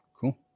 Cool